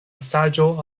saĝo